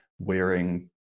wearing